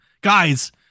guys